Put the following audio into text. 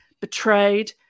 betrayed